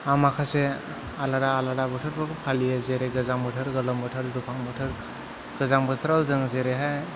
आं माखासे आलादा आलादा बोथोरफोरखौ फालियो जेरै गोजां बोथोर गोलोम बोथोर दुफां बोथोर गोजां बोथोराव जों जेरैहाय